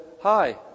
hi